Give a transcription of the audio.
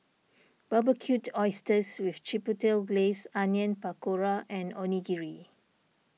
Barbecued Oysters with Chipotle Glaze Onion Pakora and Onigiri